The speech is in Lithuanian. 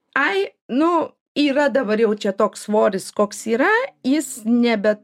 ai nu yra dabar jau čia toks svoris koks yra jis nebe